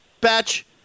Batch